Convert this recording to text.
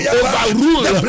overrule